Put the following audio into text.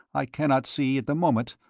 i cannot see, at the moment,